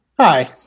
Hi